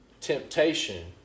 temptation